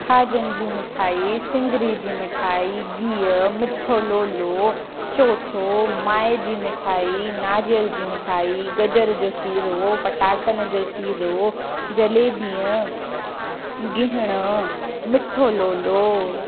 खाॼनि जी मिठाई सिङरी जी मिठाई गिह मिठो लोलो चौथो माए जी मिठाई नारियल जी मिठाई गजर जो सीरो पटाटनि जो सीरो जेलेबीअ गिहर मिठो लोलो